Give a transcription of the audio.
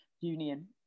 union